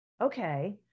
Okay